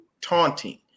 taunting